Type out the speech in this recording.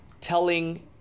telling